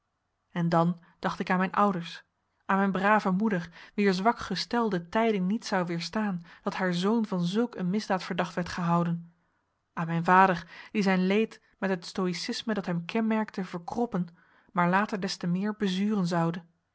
en dan dacht ik aan mijn ouders aan mijn brave moeder wier zwak gestel de tijding niet zou weerstaan dat haar zoon van zulk een misdaad verdacht werd gehouden aan mijn vader die zijn leed met het stoïcisme dat hem kenmerkte verkroppen maar later des te meer bezuren zoude